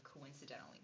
coincidentally